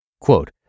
Quote